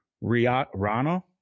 Riano